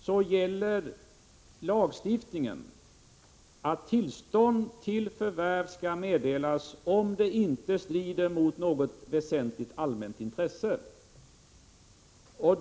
Herr talman! Som jag redan har sagt i mitt svar är lagstiftningen sådan att tillstånd till förvärv skall meddelas, om det inte strider mot något väsentligt allmänt intresse.